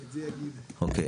אוקיי.